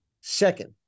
Second